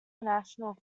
international